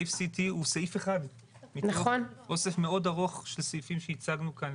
save city הוא סעיף אחד מתוך אוסף מאוד ארוך של סעיפים שהצגנו כאן,